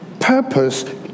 Purpose